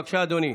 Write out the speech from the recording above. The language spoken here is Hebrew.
בבקשה, אדוני.